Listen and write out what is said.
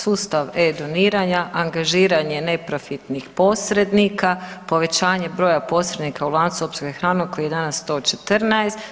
Sustav e-doniranja, angažiranje neprofitnih posrednih, povećanje broja posrednika u lancu opskrbe hranom koji je danas 114.